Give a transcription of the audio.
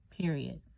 Period